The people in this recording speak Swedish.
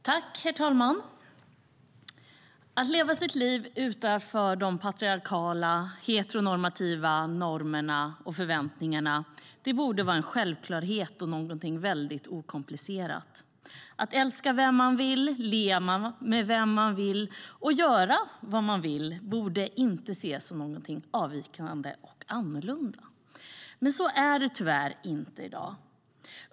Herr talman! Att leva sitt liv utanför de patriarkala, heteronormativa normerna och förväntningarna borde vara en självklarhet och någonting okomplicerat. Att älska vem man vill, leva med vem man vill och göra vad man vill borde inte ses som någonting avvikande eller annorlunda. Men så är det tyvärr inte i dag.